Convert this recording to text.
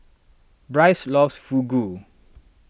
Brice loves Fugu